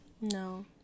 no